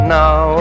now